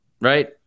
right